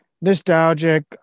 nostalgic